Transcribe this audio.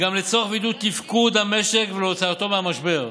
לצורך וידוא תפקוד המשק ולהוצאתו מהמשבר.